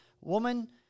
woman